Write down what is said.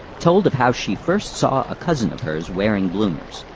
told of how she first saw a cousin of hers wearing bloomers